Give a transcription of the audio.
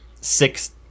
six